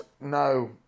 No